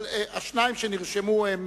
אבל השניים שנרשמו הם